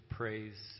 praise